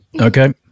Okay